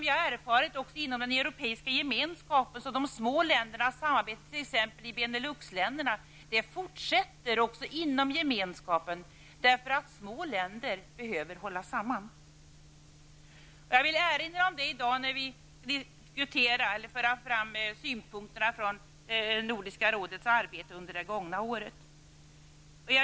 Vi har även inom Europeiska gemenskapen erfarit att de små ländernas, t.ex. Benelux-ländernas, samarbete fortsätter inom denna, eftersom små länder behöver hålla samman. Jag vill erinra om detta i dag när vi för fram synpunkter från Nordiska rådets arbete under det gångna året.